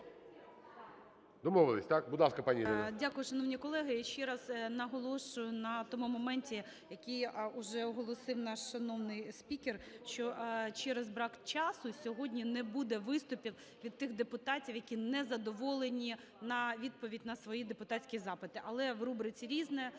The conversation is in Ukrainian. Домовились, так? Будь ласка, пані Ірино.